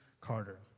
Carter